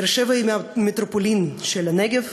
באר-שבע היא המטרופולין של הנגב,